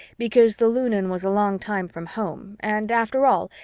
because the lunan was a long time from home and, after all,